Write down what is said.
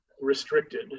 restricted